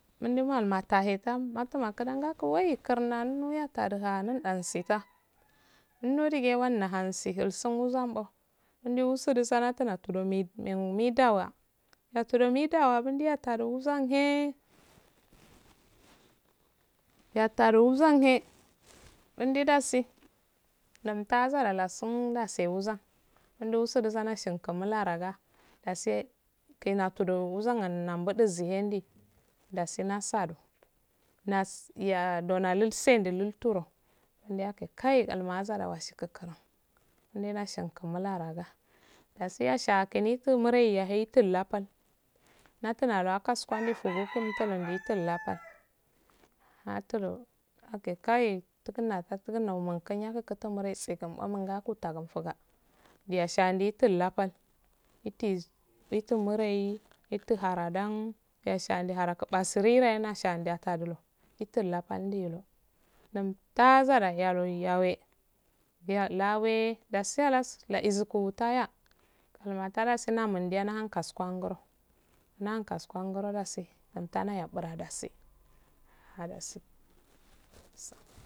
Mundai malu matahe tam matuma klan gatu wai kurna nuyiya tuduha nandan sita nudige wanna hansi ulsun wazan bo dandi usudu sanatina tudomi men wida wa yatudo midawa bundi yata wanhe yatudo midawa bundi yata wuzanhe yatado zuanhe bunde dasi lamtazzara lasum lase wuzan undu usidu wasana shin nularaga dasi kena tudo wuzan anganna dudizi hendu dasi nasado nas donal lulse du luuturo ande yake kai almazaki wasika kuran hune lashinkun mula raga dasi yasha kami dulmore yale yitulapal natuma alnakaskuli haludo ake kai tukunna ta tukuuna wuman kanya kukutauma raitse kam kuma kutagum puga diya shandi tilla pal ita iti murei itu haradan yeshandi haraka pisire nashan datadulo itula pandilo num ta zzara yalori yawe ya lawee dasi halasu laiza ikubu taya kurma fada nahan kwoskwan goro dasi num tana yabranda dasi ha dasi.